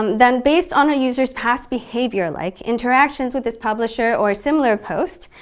then, based on a user's past behavior, like interactions with this publisher or similar posts,